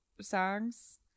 songs